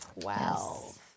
Twelve